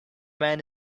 man